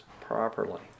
properly